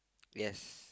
yes